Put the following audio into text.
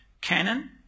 canon